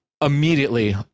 Immediately